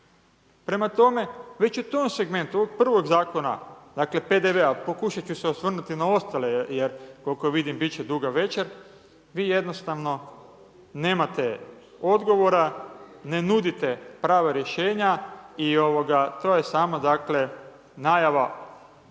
Prema tome, već u tom segmentu ovog prvog zakona PDV-a pokušati ću se osvrnuti na ostale, jer koliko vidim, biti će duga večer, vi jednostavno nemate odgovora, ne nudite prava rješenja i to je samo najava ove